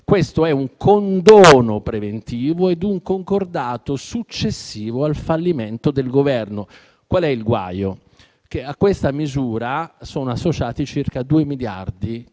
Questo è un condono preventivo e un concordato successivo al fallimento del Governo. Qual è il guaio? A questa misura sono associati circa 2 miliardi di